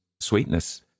sweetness